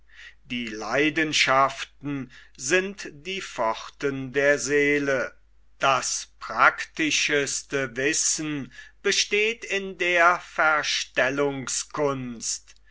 die leidenschaften sind die pforten der seele das praktischeste wissen besteht in der